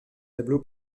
tableau